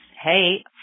hey